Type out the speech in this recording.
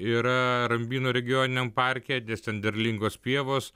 yra rambyno regioniniam parke nes ten derlingos pievos